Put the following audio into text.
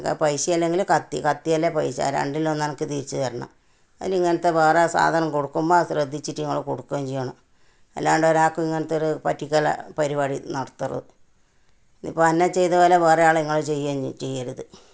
എനിക്കാ പൈസ അല്ലങ്കിൽ കത്തി കത്തി അല്ലേൽ പൈസ രണ്ടിലൊന്നനക്ക് തിരിച്ച് തരണം അല്ലേൽ ഇങ്ങനത്തെ വേറെ സാധനം കൊടുക്കുമ്പോൾ അത് ശ്രദ്ധിച്ചിട്ട് ഇങ്ങൾ കൊടുക്കുകയും ചെയ്യണം അല്ലാണ്ട് ഒരാൾക്ക് ഇങ്ങനെ പറ്റിക്കൽ പരിപാടി നടത്തരുത് ഇപ്പം എന്നെ ചെയ്ത പോലെ വേറെ ആളെ ഇങ്ങൾ ചെയ്യേ ചെയ്യരുത്